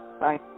Bye